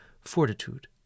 fortitude